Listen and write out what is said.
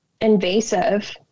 invasive